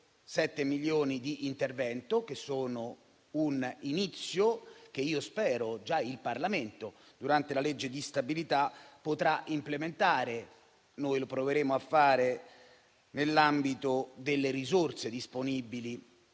7 milioni di intervento che sono solo un inizio e che spero il Parlamento, già durante la legge di stabilità, potrà implementare. Noi proveremo a farlo, nell'ambito delle risorse disponibili,